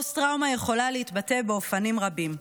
פוסט-טראומה יכולה להתבטא באופנים רבים: